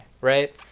right